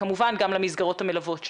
וכמובן גם למסגרות המלוות,